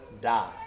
die